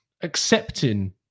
accepting